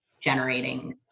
generating